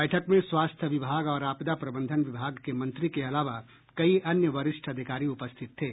बैठक में स्वास्थ्य विभाग और आपदा प्रबंधन विभाग के मंत्री के अलावा कई अन्य वरिष्ठ अधिकारी उपस्थित थे